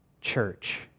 church